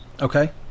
Okay